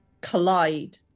collide